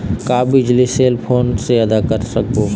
का बिजली bill cell phone से आदा कर सकबो?